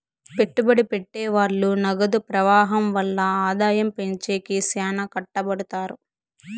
పెట్టుబడి పెట్టె వాళ్ళు నగదు ప్రవాహం వల్ల ఆదాయం పెంచేకి శ్యానా కట్టపడుతారు